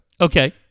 Okay